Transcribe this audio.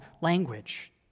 language